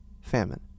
Famine